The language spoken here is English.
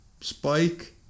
Spike